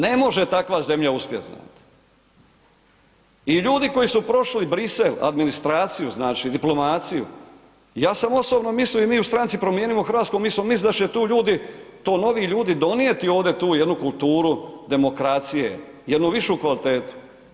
Ne može takva zemlja uspjet znate i ljudi koji su prošli Brisel, administraciju, znači diplomaciju, ja sam osobno mislio i mi u Stranci promijenimo Hrvatsku, mi smo mislili da će tu ljudi, to novi ljudi donijeti ovdje tu jednu kulturu demokracije, jednu višu kvalitetu.